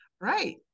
Right